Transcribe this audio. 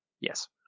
Yes